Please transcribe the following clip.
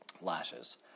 lashes